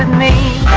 and me